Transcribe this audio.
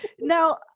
now